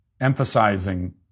emphasizing